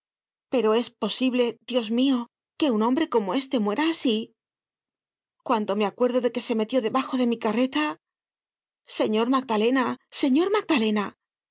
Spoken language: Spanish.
pero es posible diosmio que un hombre como éste muera asi cuando me acuerdo de que se metió debajo de mi carretal señor magdalena señor magdalena